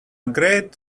great